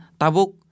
Tabuk